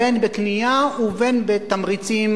בין בקנייה ובין בתמריצים,